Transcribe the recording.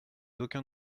aucun